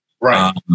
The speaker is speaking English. Right